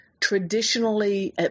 traditionally